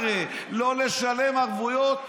הרי אם היינו מחכים שבועיים,